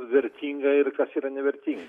vertinga ir kas yra nevertinga